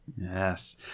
Yes